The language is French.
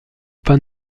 pas